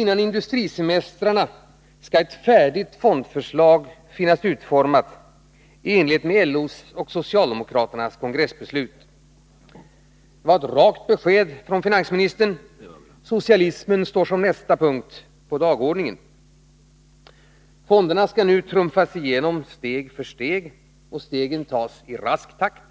Före industrisemestrarna skall ett färdigt fondförslag finnas utformat i enlighet med LO:s och socialdemokraternas kongressbeslut. Det var ett rakt besked från finansministern. Socialismen står som nästa punkt på dagordningen. Fonderna skall nu trumfas igenom steg för steg. Och stegen skall tas i rask takt.